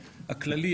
הכללי,